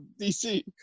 DC